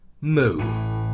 Moo